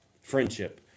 Friendship